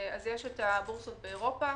יש הבורסות באירופה,